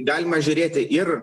galima žiūrėti ir